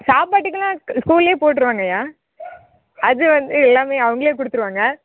சாப்பாட்டுக்கெல்லாம் ஸ்கூல்லேயே போட்டுருவாங்கய்யா அதுவந்து எல்லாம் அவங்களே கொடுத்துருவாங்க